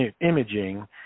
imaging